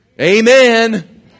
Amen